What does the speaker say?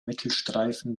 mittelstreifen